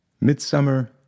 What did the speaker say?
Midsummer